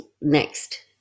next